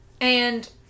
And-